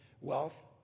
wealth